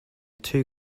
two